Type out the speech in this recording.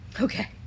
Okay